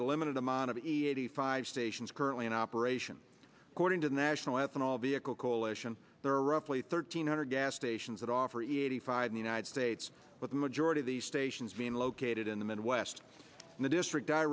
the limited amount of eighty five stations currently in operation according to the national ethanol vehicle coalition there are roughly thirteen hundred gas stations that offer e eighty five the united states but the majority of the stations being located in the midwest and the district i